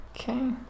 Okay